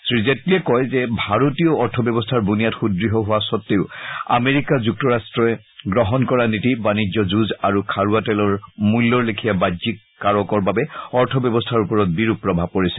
শ্ৰীজেটলীয়ে কয় যে ভাৰতীয় অৰ্থ ব্যৱস্থাৰ বুনিয়াদ সুদঢ় হোৱা সত্তেও আমেৰিকা যুক্তৰাট্টই গ্ৰহণ কৰা নীতি বাণিজ্য যুঁজ আৰু খাৰুৱা তেলৰ মূল্যৰ লেখিয়া বাহ্যিক কাৰকৰ বাবে অৰ্থ ব্যৱস্থাৰ ওপৰত বিৰূপ প্ৰভাৱ পৰিছে